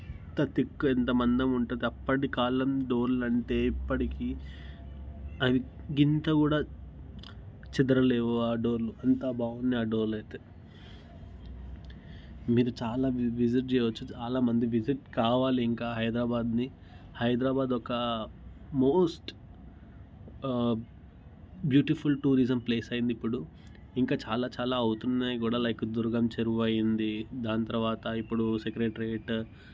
ఎంత తిక్ ఎంత మందంగా ఉంటుంది అప్పటి కాలంలో డోర్లు అంటే ఇప్పటికి అది గింత కూడా చెదరలేవు ఆ డోర్లు అంత బాగున్నాయి ఆ డోర్లు అయితే మీరు చాలా విసిట్ చేయచ్చు చాలామంది విసిట్ కావాలి ఇంకా హైదరాబాద్ది హైదరాబాద్ ఒక మోస్ట్ బ్యూటిఫుల్ టూరిజం ప్లేస్ అయ్యింది ఇప్పుడు ఇంకా చాలా చాలా అవుతున్నాయి కూడా లైక్ దుర్గం చెరువు అయ్యింది దాని తర్వాత ఇప్పుడు సెక్రెటరేట్